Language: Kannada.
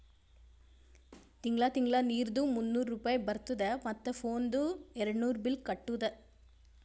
ತಿಂಗಳ ತಿಂಗಳಾ ನೀರ್ದು ಮೂನ್ನೂರ್ ರೂಪೆ ಬರ್ತುದ ಮತ್ತ ಫೋನ್ದು ಏರ್ಡ್ನೂರ್ ಬಿಲ್ ಕಟ್ಟುದ